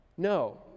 No